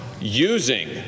using